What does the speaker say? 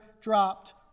dropped